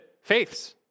faiths